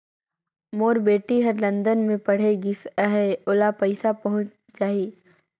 मोर बेटी हर लंदन मे पढ़े गिस हय, ओला पइसा पहुंच जाहि?